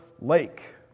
lake